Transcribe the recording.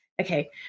Okay